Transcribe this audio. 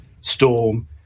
Storm